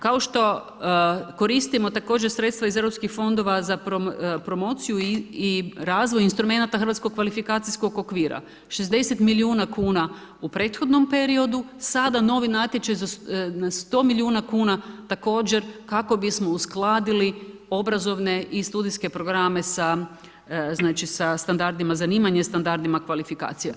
Kao što koristimo također sredstva iz EU fondova za promociju i razvoj instrumenata hrvatskog kvalifikacijskog okvira, 60 milijuna kuna u prethodnom periodu, sada novi natječaj za 100 milijuna kuna također kako bismo uskladili obrazovne i studijske programe sa standardima zanimanje i standardima kvalifikacija.